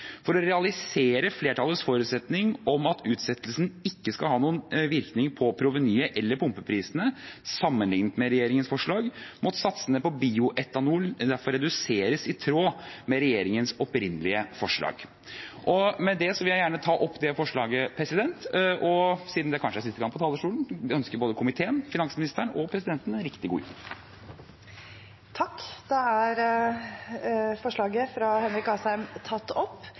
For å realisere flertallets forutsetning om at utsettelsen ikke skal ha noen virkning på provenyet eller pumpeprisene sammenliknet med regjeringens forslag, måtte satsene på bioetanol derfor reduseres i tråd med regjeringens opprinnelige forslag. Med det vil jeg gjerne ta opp det forslaget og – siden det kanskje er siste gang på talerstolen i år – ønske både komiteen, finansministeren og presidenten en riktig god jul. Da har representanten Henrik Asheim tatt opp